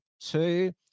two